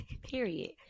period